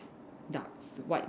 ducks white duck